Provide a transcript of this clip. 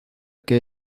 que